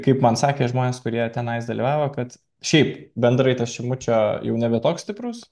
kaip man sakė žmonės kurie tenai dalyvavo kad šiaip bendrai tas šimučio jau nebe toks stiprus